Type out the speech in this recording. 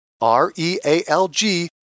R-E-A-L-G